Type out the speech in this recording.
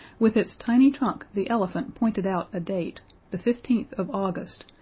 with its tiny trunk the elephant pointed out a date the fifteenth of august,